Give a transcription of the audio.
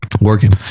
working